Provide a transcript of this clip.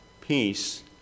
peace